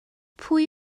pwy